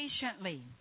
patiently